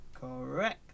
Correct